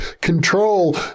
control